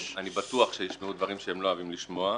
אני בטוח שישמעו דברים שהם לא אוהבים לשמוע.